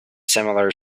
similar